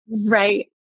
Right